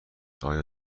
آیا